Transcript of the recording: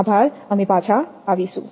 આભાર અમે પાછા આવીશું